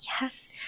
Yes